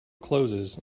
closes